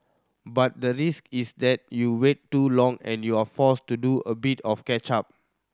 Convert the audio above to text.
but the risk is there you wait too long and you're forced to do a bit of catch up